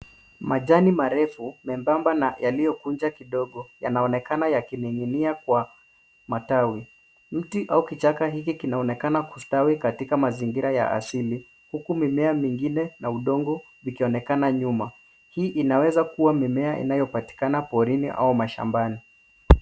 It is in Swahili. Majani marefu membamba na yaliyokunja kidogo yanaonekana yakining'inia kwa matawi. Mti au kichaka hiki kinaonekana kustawi katika mazingira ya asili, huku mimea mingine na udongo ikionekana nyuma. Hii inaweza kuwa mimea inayopatikana porini au mashambani.